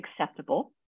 acceptable